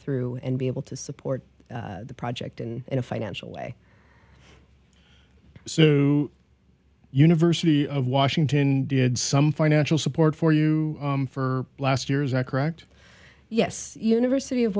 through and be able to support the project and in a financial way university of washington did some financial support for you for last years i correct yes university of